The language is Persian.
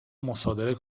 مصادره